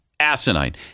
asinine